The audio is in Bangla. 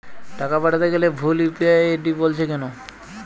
টাকা পাঠাতে গেলে ভুল ইউ.পি.আই আই.ডি বলছে কেনো?